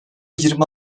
yirmi